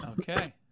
Okay